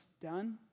done